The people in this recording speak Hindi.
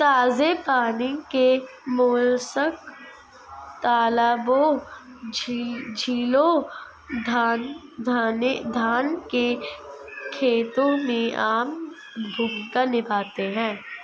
ताजे पानी के मोलस्क तालाबों, झीलों, धान के खेतों में आम भूमिका निभाते हैं